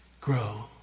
grow